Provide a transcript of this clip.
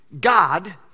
God